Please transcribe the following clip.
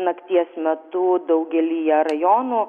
nakties metu daugelyje rajonų